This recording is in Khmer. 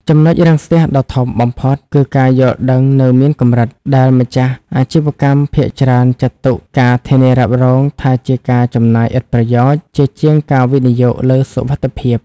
ចំណុចរាំងស្ទះដ៏ធំបំផុតគឺ "ការយល់ដឹងនៅមានកម្រិត" ដែលម្ចាស់អាជីវកម្មភាគច្រើនចាត់ទុកការធានារ៉ាប់រងថាជាការចំណាយឥតប្រយោជន៍ ជាជាងការវិនិយោគលើសុវត្ថិភាព។